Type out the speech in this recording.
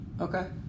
Okay